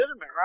right